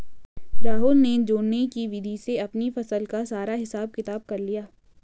राहुल ने जोड़ने की विधि से अपनी फसल का सारा हिसाब किताब कर लिया